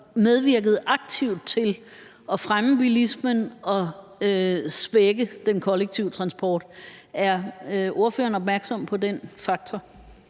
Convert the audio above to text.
medvirket aktivt til at fremme bilismen og svække den kollektive transport. Er ordføreren opmærksom på den faktor?